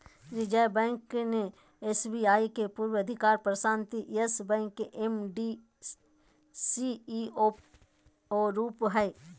reserve bank ने SBI के पूर्व अधिकारी प्रशांत यस बैंक के एम.डी, सी.ई.ओ रूप हइ